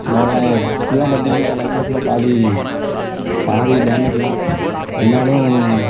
அதெல்லாம் இப் ஃபுல்லாக பார்த்திங்கன்னா என் லைஃப்பில் ஃபுல்லாக பாதி பாதி டேமேஜு தான் இருந்தாலும்